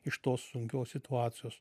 iš tos sunkios situacijos